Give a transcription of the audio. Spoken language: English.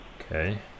Okay